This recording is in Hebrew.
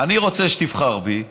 אני רוצה שתבחר בי,